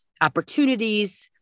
opportunities